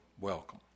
welcome